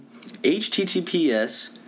https